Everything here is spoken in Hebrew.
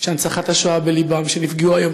שהנצחת השואה בלבם שנפגעו היום,